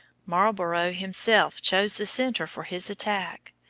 marlborough himself chose the centre for his attack.